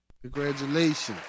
Congratulations